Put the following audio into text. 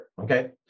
okay